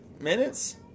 minutes